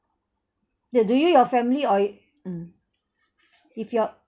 dear do you your family or mm if your